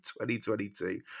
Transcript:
2022